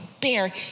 bear